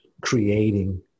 creating